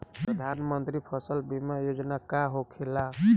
प्रधानमंत्री फसल बीमा योजना का होखेला?